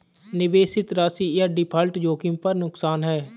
निवेशित राशि या डिफ़ॉल्ट जोखिम पर नुकसान है